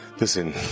Listen